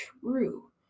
True